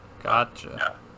Gotcha